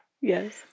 Yes